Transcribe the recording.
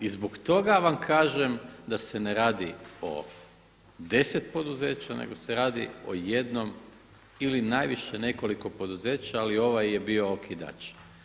I zbog toga vam kažem da se ne radi o 10 poduzeća nego se radi o jednom ili najviše nekoliko poduzeća ali ovaj je bio okidač.